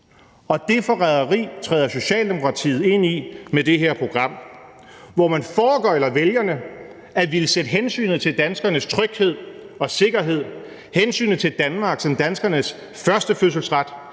Det forræderi træder Socialdemokratiet ind i med det her program, hvor man foregøgler vælgerne at ville sætte hensynet til danskernes tryghed og sikkerhed, hensynet til Danmark som danskernes førstefødselsret,